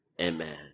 Amen